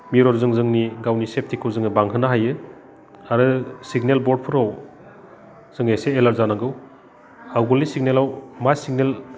मिर'रजों जोंनि गावनि सेफ्टिखौ जोङो बांहोनो हायो आरो सिगनेल बर्डफोराव जों एसे एलार्ट जानांगौ आवगोलनि सिगनेलाव मा सिगनेल